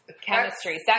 chemistry